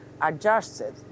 Adjusted